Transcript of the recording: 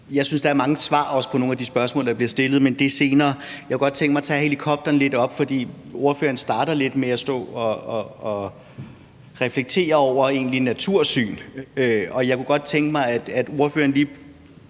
Jeg synes, der er mange svar, også på nogle af de spørgsmål, der bliver stillet, men det må vi tage senere. Jeg kunne godt tænke mig at tage helikopteren lidt op, for ordføreren startede egentlig lidt med at stå og reflektere over natursyn, og jeg kunne godt tænke mig, at ordføreren